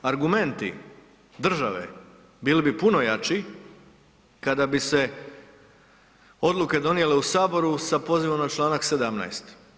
Argumenti države bili bi puno jači kada bi se odluke donijele u saboru sa pozivom na čl. 17.